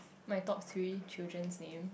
my top three children's name